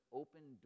open